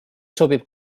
sobib